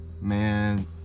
man